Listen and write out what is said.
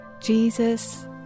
Jesus